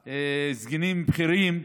חשב, סגנים בכירים.